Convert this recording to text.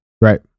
Right